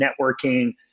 networking